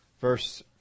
verse